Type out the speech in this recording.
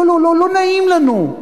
לא, לא, לא נעים לנו.